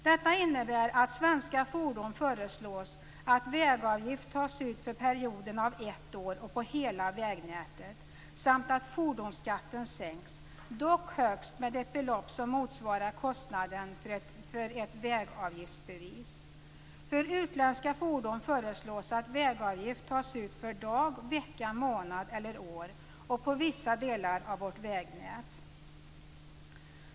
Detta innebär att för svenska fordon föreslås att vägavgift tas ut för perioden av ett år och på hela vägnätet samt att fordonsskatten sänks, dock högst med ett belopp som motsvarar kostnaden för ett vägavgiftsbevis. För utländska fordon föreslås att vägavgift tas ut för dag, vecka, månad eller år och på vissa delar av vårt vägnät.